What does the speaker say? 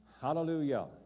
Hallelujah